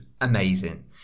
amazing